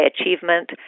achievement